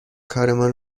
کارمان